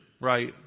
right